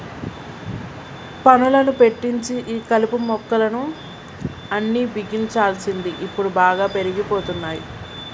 పనులను పెట్టించి ఈ కలుపు మొక్కలు అన్ని బిగించాల్సింది ఇప్పుడు బాగా పెరిగిపోతున్నాయి